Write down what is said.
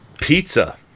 pizza